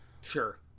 Sure